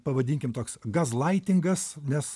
pavadinkim toks gazlaitingas nes